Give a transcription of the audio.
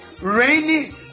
rainy